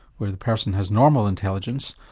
where the person has normal intelligence,